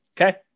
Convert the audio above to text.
Okay